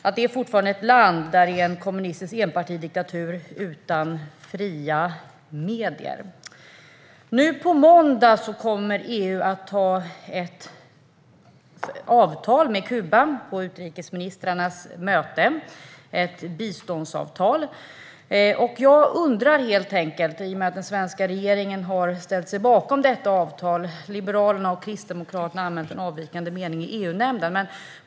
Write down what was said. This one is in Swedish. Detta var fallet under Fidel Castro, och det är fallet under hans bror Raúl Castro, som nu har övertagit kommunistdiktaturen. Nu på måndag kommer EU att anta ett biståndsavtal med Kuba, i samband med utrikesministrarnas möte. Den svenska regeringen har ställt sig bakom detta avtal. Liberalerna och Kristdemokraterna har anmält en avvikande mening i EU-nämnden.